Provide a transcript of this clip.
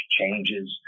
changes